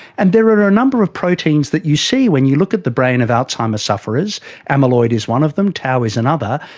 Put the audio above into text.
and there are a number of proteins that you see when you look at the brain of alzheimer sufferers amyloid is one of them, tau is another,